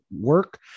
work